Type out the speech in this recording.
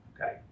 Okay